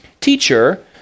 teacher